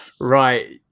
right